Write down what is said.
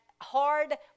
hard